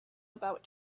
about